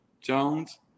Jones